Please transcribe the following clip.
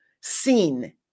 seen